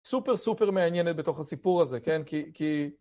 סופר סופר מעניינת בתוך הסיפור הזה, כן? כי...